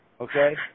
okay